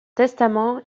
testament